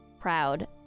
proud